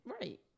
Right